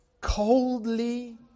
coldly